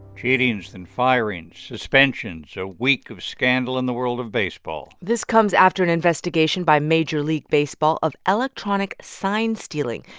cheatings and firings, suspensions a week of scandal in the world of baseball this comes after an investigation by major league baseball of electronic sign stealing,